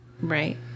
Right